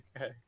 okay